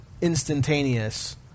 instantaneous